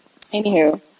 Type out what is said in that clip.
Anywho